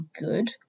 good